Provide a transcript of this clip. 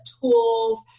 tools